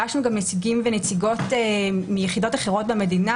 ופגשנו גם נציגים ונציגות מיחידות אחרות במדינה